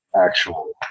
actual